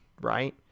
right